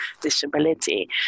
disability